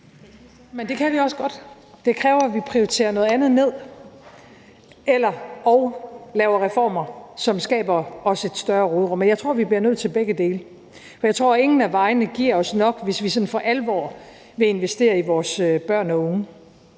Men det kan vi også godt. Det kræver, at vi prioriterer noget andet ned og/eller laver reformer, som skaber os et større råderum, og jeg tror, vi bliver nødt til begge dele. For jeg tror, ingen af vejene giver os nok, hvis vi sådan for alvor vil investere i vores børn og unge.